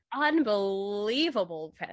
Unbelievable